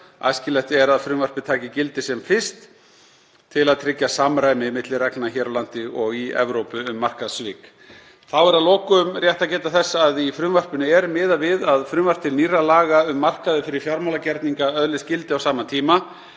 Æskilegt er að frumvarpið taki gildi sem fyrst til að tryggja samræmi milli reglna hér á landi og annars staðar í Evrópu um markaðssvik. Þá er að lokum rétt að geta þess að í frumvarpinu er miðað við að frumvarp til nýrra laga um markaði fyrir fjármálagerninga öðlist gildi á sama tíma.